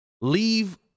Leave